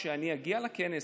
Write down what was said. כשאגיע לכנס,